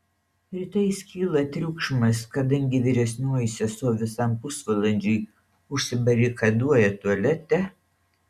rytais kyla triukšmas kadangi vyresnioji sesuo visam pusvalandžiui užsibarikaduoja tualete